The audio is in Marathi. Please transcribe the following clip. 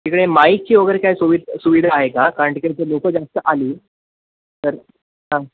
तिकडे माईकची वगैरे काय सुवि सुविधा आहे का कारण तिकडे जर लोक जास्त आली तर हां